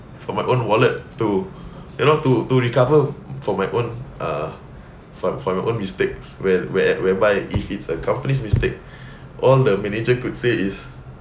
from my own wallet to you know to to recover from my own uh from from your own mistakes when where whereby if it's a company's mistake all the manager could say is